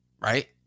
right